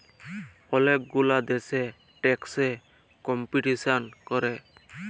ওলেক গুলা দ্যাশে ট্যাক্স এ কম্পিটিশাল ক্যরে